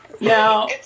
Now